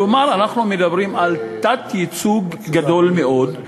כלומר, אנחנו מדברים על תת-ייצוג גדול מאוד,